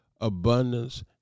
abundance